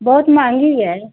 बहुत महँगी है